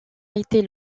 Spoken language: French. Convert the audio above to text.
été